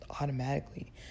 Automatically